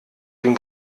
dem